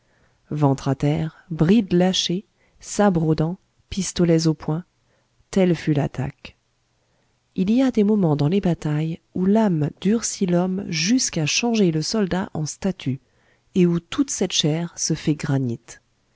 ventre à terre brides lâchées sabre aux dents pistolets au poing telle fut l'attaque il y a des moments dans les batailles où l'âme durcit l'homme jusqu'à changer le soldat en statue et où toute cette chair se fait granit